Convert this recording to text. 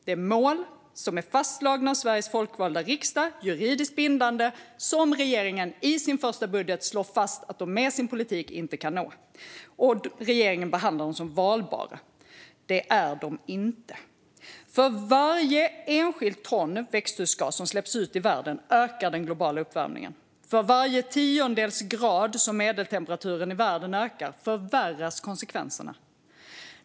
Detta är mål som är fastslagna av Sveriges folkvalda riksdag och som är juridiskt bindande. Det är dem som regeringen i sin första budget har slagit fast att man med sin politik inte kan nå. Regeringen behandlar dessa mål som valbara. Det är de inte. För varje enskilt ton växthusgas som släpps ut i världen ökar den globala uppvärmningen. För varje tiondels grad som medeltemperaturen i världen ökar förvärras konsekvenserna.